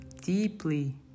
deeply